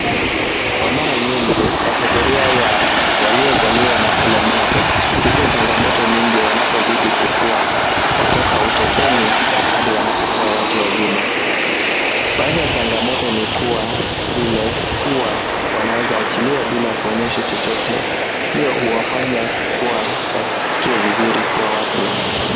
Kwa mara nyingi kategoria ya waliozaliwa na ulemavu hupitia changamoto nyingi wanapozidi kukua kutoka utotoni hadi wanapokuwa watu wazima. Baadhi ya changamoto ni kuwa vile huwa wanaweza achiliwa bila kuonyeshwa chochote hiyo huwafanya kuwa wasisikie vizuri kwa watu.